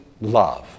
love